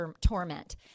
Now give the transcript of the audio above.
torment